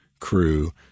crew